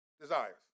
desires